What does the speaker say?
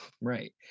Right